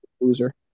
loser